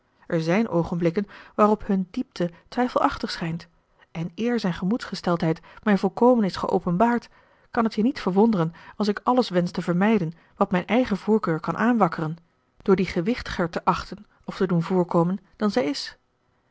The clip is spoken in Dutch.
er zijn oogenblikken waarop hun diepte twijfelachtig schijnt en eer zijn gemoedsgesteldheid mij volkomen is geopenbaard kan het je niet verwonderen als ik alles wensch te vermijden wat mijn eigen voorkeur kan aanwakkeren door die gewichtiger te achten of te doen voorkomen dan zij is